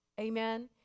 amen